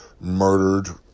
murdered